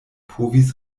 povis